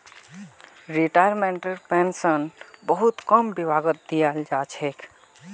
रिटायर्मेन्टटेर pension बहुत कम विभागत दियाल जा छेक